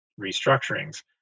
restructurings